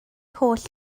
holl